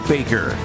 Baker